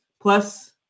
plus